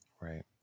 Right